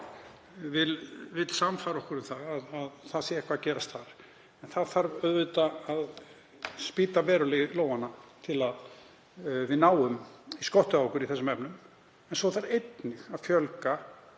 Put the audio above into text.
vill sannfæra okkur um að þar sé eitthvað að gerast. Það þarf auðvitað að spýta verulega í lófana til að við náum í skottið á okkur í þessum efnum. En svo þarf einnig að fjölga